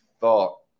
thought